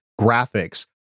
graphics